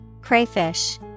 Crayfish